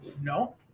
No